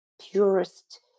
purest